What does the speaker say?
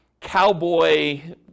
cowboy